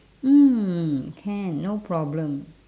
mm can no problem